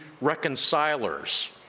reconcilers